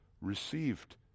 received